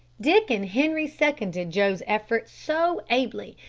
dick and henri seconded joe's efforts so ably,